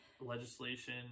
legislation